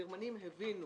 הגרמנים הבינו